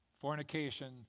fornication